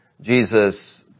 Jesus